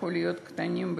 שהפכו להיות קטנות ביותר.